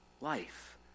life